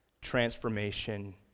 transformation